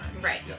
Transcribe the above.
Right